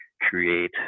create